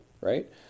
right